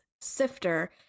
sifter